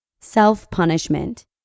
Self-Punishment